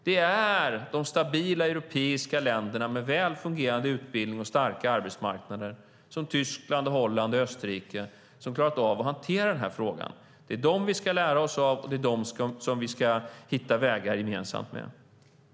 Det är de stabila europeiska länderna med väl fungerande utbildning och starka arbetsmarknader, som Tyskland, Holland och Österrike, som klarat av att hantera den här frågan. Det är dem som vi ska lära oss av, och det är dem som vi ska hitta vägar gemensamt med.